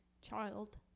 child